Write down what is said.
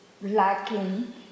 lacking